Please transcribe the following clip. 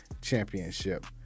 championship